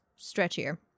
stretchier